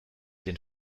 den